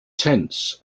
tense